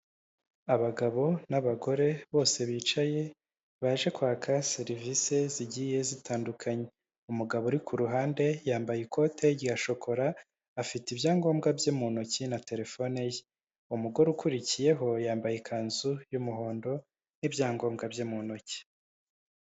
Abagabo n'abagore bose bicaye baje kwaka serivisi zigiye zitandukanye, umugabo uri ku ruhande yambaye ikote rya shokora afite ibyangombwa bye mu ntoki na telefone ye, umugore ukurikiyeho yambaye ikanzu y'umuhondo n'ibyangombwa bye mu ntoki.